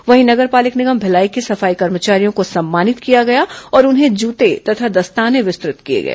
वहीं नगर पालिक निगम भिलाई के सफाई कर्मचारियों को सम्मानित किया गया और उन्हें जूते तथा दस्ताने वितरित किए गए